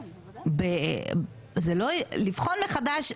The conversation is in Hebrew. לבחון מחדש,